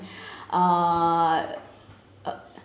uh err